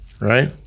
right